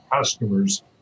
customers